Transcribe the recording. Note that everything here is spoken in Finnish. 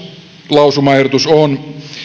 lausumaehdotus on että